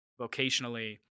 vocationally